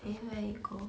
eh where it go